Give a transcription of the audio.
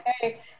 hey